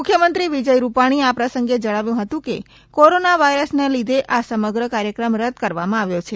મુખ્યમંત્રી વિજય રૂપાણીએ આ પ્રસંગે જણાવ્યું હતું કે કોરોના વાયરસના લિધે આ સમગ્ર કાર્યક્રમ રદ્દ કરવામાં આવ્યો છે